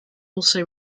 also